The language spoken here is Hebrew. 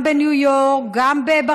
גם בניו יורק,